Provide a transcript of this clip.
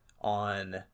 on